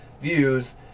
views